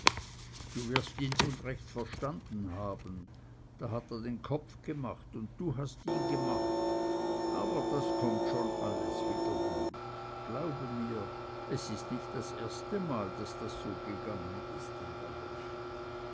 du wirst ihn unrecht verstanden haben da hat er den kopf gemacht und du hast ihn gemacht aber das kommt schon alles wieder gut glaube mir es ist nicht das erstemal daß das so gegangen ist in der welt